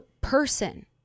person